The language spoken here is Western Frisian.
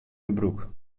gebrûk